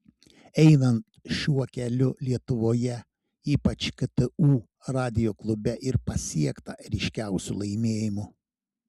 einant šiuo keliu lietuvoje ypač ktu radijo klube ir pasiekta ryškiausių laimėjimų